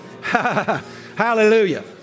hallelujah